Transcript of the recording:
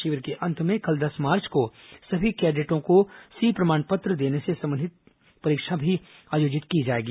शिविर के अंत में कल दस मार्च को सभी कैडेटों को सी प्रमाण पत्र देने से संबंधित परीक्षा भी आयोजित की जाएगी